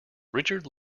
richard